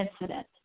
incident